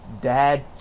dad